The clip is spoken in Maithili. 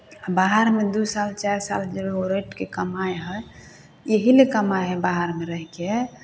आ बाहरमे दू साल चारि साल जे लोक रहि कऽ कमाइ हइ इएह लए कमाइ हइ बाहरमे रहि कऽ